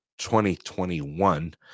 2021